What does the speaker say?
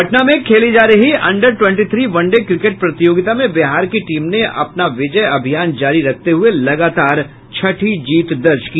पटना में खेली जा रही under twenty three one day cricket प्रतियोगिता में बिहार की टीम ने अपने विजय अभियान को जारी रखते हुये लगातार छठी जीत दर्ज की